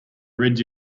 red